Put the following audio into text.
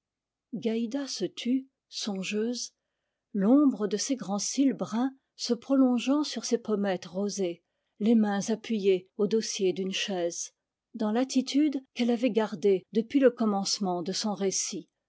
gaïda se tut songeuse l'ombre de ses grands cils bruns se prolongeant sur ses pommettes rosées les mains appuyées au dossier d'une chaise dans l'attitude qu'elle avait gardée depuis le commencement de son récit